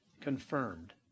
confirmed